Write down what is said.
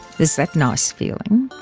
there's that nice feeling.